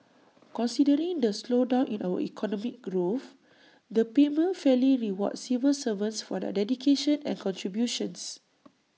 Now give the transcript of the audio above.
considering the slowdown in our economic growth the payment fairly rewards civil servants for their dedication and contributions